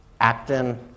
actin